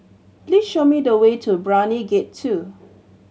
please show me the way to Brani Gate Two